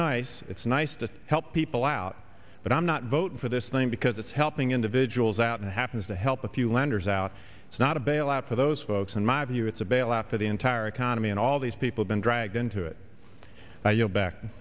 nice it's nice to help people out but i'm not voting for this thing because it's helping individuals out and happens to help a few lenders out it's not a bailout for those folks in my view it's a bailout for the entire economy and all these people been dragged into it now you